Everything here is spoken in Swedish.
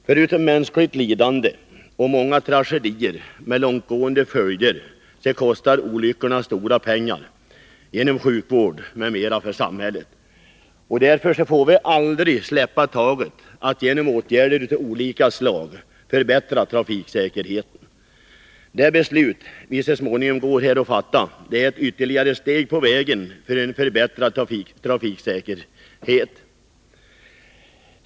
Förutom mänskligt lidande och många tragedier med långtgående följder kostar olyckorna stora pengar genom sjukvård m.m. för samhället. Därför får vi aldrig släppa taget när det gäller att genom åtgärder av olika slag förbättra trafiksäkerheten. Det beslut vi så småningom går att fatta är ett ytterligare steg på vägen för en förbättrad trafiksäkerhet.